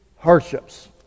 Hardships